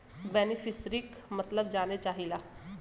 बेनिफिसरीक मतलब जाने चाहीला?